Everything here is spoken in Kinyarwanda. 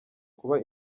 kuba